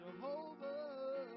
Jehovah